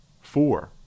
four